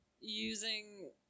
using